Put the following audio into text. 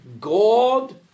God